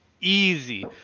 Easy